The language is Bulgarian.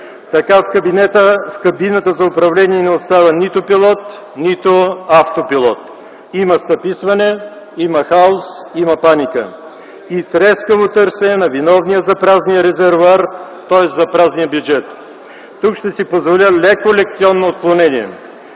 Така в кабината за управление не остава нито пилот, нито автопилот. Има стъписване, има хаос, има паника и трескаво търсене на виновния за празния резервоар, тоест за празния бюджет. Тук ще си позволя леко лекционно отклонение.